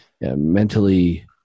mentally